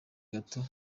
gato